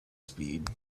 speed